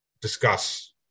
discuss